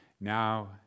Now